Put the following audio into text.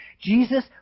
Jesus